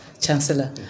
chancellor